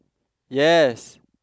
yes